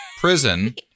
prison